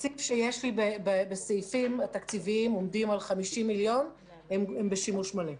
התקציב שיש לי בסעיפים התקציביים עומד על 50 מיליון שהם בשימוש מלא.